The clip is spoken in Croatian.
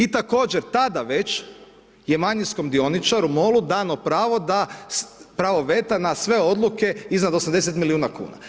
I također, tada već, je manjinskom dioničaru, MOL-u dano pravo, da, pravo veta na sve odluke iznad 80 milijuna kn.